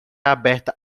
aberta